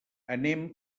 anem